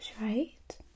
right